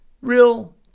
real